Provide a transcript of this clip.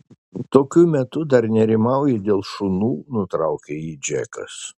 tokiu metu dar nerimauji dėl šunų nutraukė jį džekas